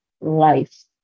life